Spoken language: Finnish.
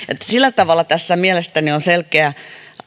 eduskunnan todeta sillä tavalla tässä mielestäni on selkeä